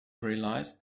realized